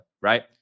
right